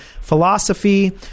philosophy